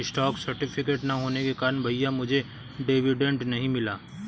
stock certificate ना होने के कारण भैया मुझे डिविडेंड नहीं मिला